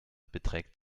beträgt